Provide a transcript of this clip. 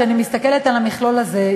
כשאני מסתכלת על המכלול הזה,